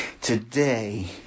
today